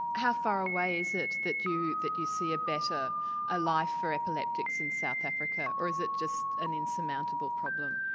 how far away is it that you that you see a better ah life for epileptics in south africa, or is it just an insurmountable problem?